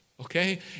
Okay